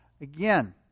Again